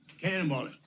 cannonball